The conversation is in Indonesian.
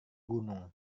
gunung